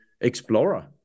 explorer